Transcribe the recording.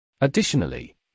Additionally